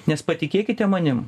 nes patikėkite manim